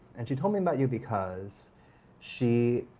and she told me about you because she,